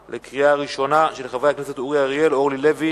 של חברי הכנסת אורי אריאל ואורלי לוי